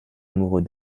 amoureux